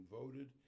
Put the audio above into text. voted